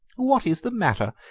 what is the matter?